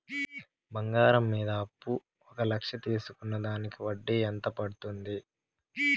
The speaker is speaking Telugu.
బంగారం మీద అప్పు ఒక లక్ష తీసుకున్న దానికి వడ్డీ ఎంత పడ్తుంది?